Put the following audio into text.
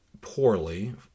poorly